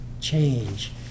change